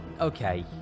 Okay